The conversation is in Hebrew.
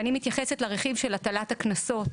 אני מתייחסת לרכיב של הטלת הקנסות